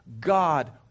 God